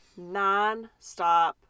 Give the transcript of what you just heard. nonstop